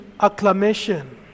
acclamation